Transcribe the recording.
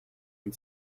and